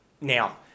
now